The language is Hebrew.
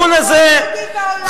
עם רוב יהודי בעולם.